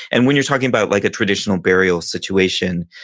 and when you're talking about like a traditional burial situation,